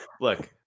look